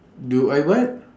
do I what